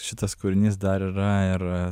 šitas kūrinys dar yra ir